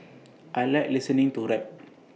I Like listening to rap